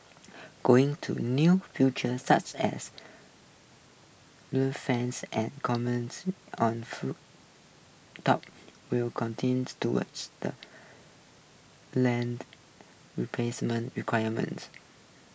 going to new future such as fans and commons on full top will towards the land replacement requirements